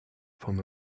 from